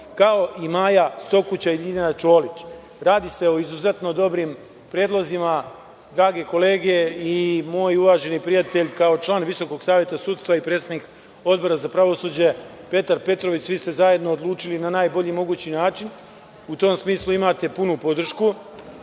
kao i Maja Stokuća i Ljiljana Čolić. Radi se o izuzetno dobrim predlozima. Drage kolege, i moj uvaženi prijatelj, kao član Visokog saveta sudstva i predsednik Odbora za pravosuđe, Petar Petrović, svi zajedno ste odlučili na najbolji mogući način i u tom smislu imate punu podršku. Naravno,